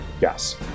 Yes